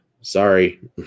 sorry